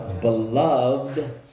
beloved